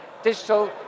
Digital